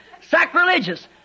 sacrilegious